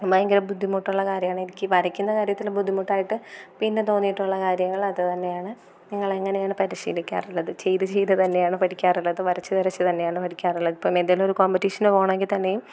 ഭയങ്കര ബുദ്ധിമുട്ടുള്ള കാര്യമാണ് എനിക്ക് വരയ്ക്കുന്ന കാര്യത്തിൽ ബുദ്ധിമുട്ടായിട്ട് പിന്നെ തോന്നിയിട്ടുള്ള കാര്യങ്ങൾ അതുതന്നെയാണ് നിങ്ങൾ എങ്ങനെയാണ് പരിശീലിക്കാറുള്ളത് ചെയ്ത് ചെയ്ത് തന്നെയാണ് പഠിക്കാറുള്ളത് വരച്ച് വരച്ച് തന്നെയാണ് പഠിക്കാറുള്ളത് ഇപ്പം ഏതെങ്കിലും ഒരു കോമ്പറ്റീഷന് പോകണമെങ്കിൽ തന്നെയും